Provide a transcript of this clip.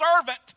servant